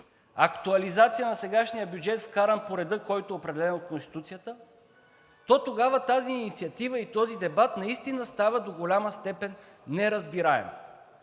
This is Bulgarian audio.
актуализация на сегашния бюджет, вкаран по реда, който е определен от Конституцията, то тогава тази инициатива и този дебат наистина стават до голяма степен неразбираеми.